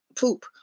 poop